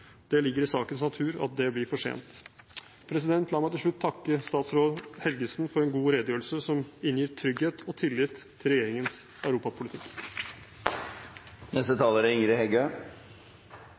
Det ligger i sakens natur at det blir for sent. La meg til slutt takke statsråd Helgesen for en god redegjørelse som inngir trygghet og tillit til regjeringens